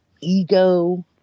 ego